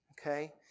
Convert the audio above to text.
Okay